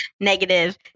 Negative